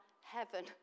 heaven